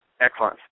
Excellent